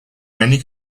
many